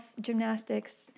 gymnastics